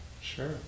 Sure